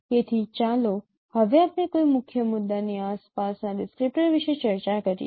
તેથી ચાલો હવે આપણે કોઈ મુખ્ય મુદ્દાની આસપાસના ડિસ્ક્રિપ્ટર વિશે ચર્ચા કરીએ